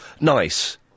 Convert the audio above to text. nice